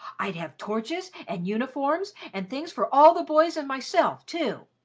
i'd have torches and uniforms and things for all the boys and myself, too.